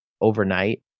overnight